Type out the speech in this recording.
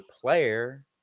player